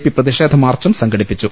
P പ്രതിഷേധ മാർച്ചും സംഘടിപ്പിച്ചു